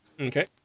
Okay